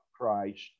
Christ